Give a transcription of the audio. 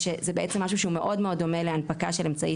זה שזה משהו שהוא מאוד מאוד דומה להנפקה של אמצעי